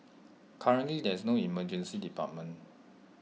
currently there is no Emergency Department